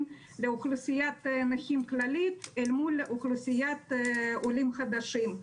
לאוכלוסיית נכים כללית מול אוכלוסיית עולים חדשים.